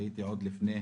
כיוון שלפני